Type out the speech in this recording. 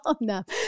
enough